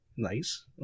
nice